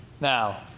Now